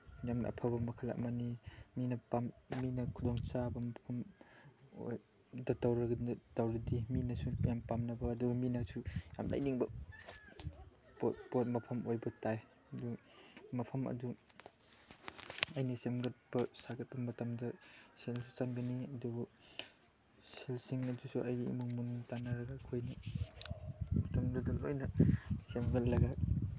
ꯌꯥꯝꯅ ꯑꯐꯕ ꯃꯈꯜ ꯑꯃꯅꯤ ꯃꯤꯅ ꯈꯨꯗꯣꯡꯆꯥꯕ ꯃꯐꯝ ꯇꯧꯔꯗꯤ ꯃꯤꯅꯁꯨ ꯌꯥꯝ ꯄꯥꯝꯅꯕ ꯑꯗꯨꯒ ꯃꯤꯅꯁꯨ ꯌꯥꯝ ꯂꯩꯅꯤꯡꯕ ꯄꯣꯠ ꯃꯐꯝ ꯑꯣꯏꯕ ꯇꯥꯏ ꯑꯗꯨ ꯃꯐꯝ ꯑꯗꯨ ꯑꯩꯅ ꯁꯦꯝꯒꯠꯄ ꯁꯥꯒꯠꯄ ꯃꯇꯝꯗ ꯁꯦꯜꯁꯨ ꯆꯪꯒꯅꯤ ꯑꯗꯨꯕꯨ ꯁꯦꯜꯁꯤꯡ ꯑꯗꯨꯁꯨ ꯑꯩꯒꯤ ꯏꯃꯨꯡ ꯃꯅꯨꯡ ꯇꯥꯟꯅꯔꯒ ꯑꯈꯣꯏꯅ ꯃꯇꯝꯗꯨꯗ ꯂꯣꯏꯅ ꯁꯦꯝꯒꯠꯂꯒ